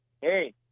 hey